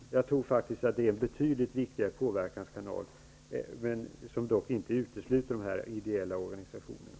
Jag tror faktiskt att det är en betydligt viktigare påverkanskanal, som dock inte utesluter de ideella organisationerna.